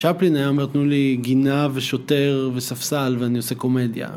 צ'פלין היה אומר תנו לי גינה ושוטר וספסל ואני עושה קומדיה.